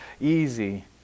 easy